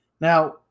Now